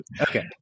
Okay